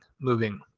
moving